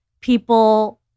people